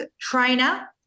trainer